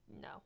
No